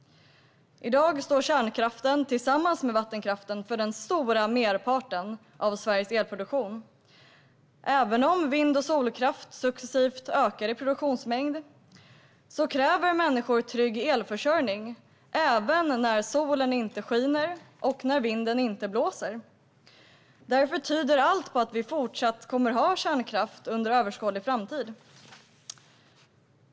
I dag står kärnkraften, tillsammans med vattenkraften, för den stora merparten av Sveriges elproduktion. Även om vind och solkraft successivt ökar i produktionsmängd kräver människor en trygg elförsörjning även när solen inte skiner och när vinden inte blåser. Därför tyder allt på att vi fortsatt kommer att ha kärnkraft under en överskådlig framtid.